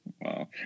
Wow